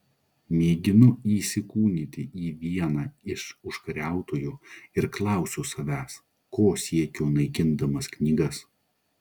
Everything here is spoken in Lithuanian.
mėginu įsikūnyti į vieną iš užkariautojų ir klausiu savęs ko siekiu naikindamas knygas